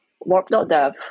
Warp.dev